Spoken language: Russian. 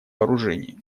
вооружений